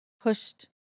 pushed